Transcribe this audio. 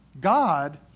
God